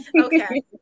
Okay